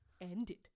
ended